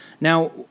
Now